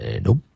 nope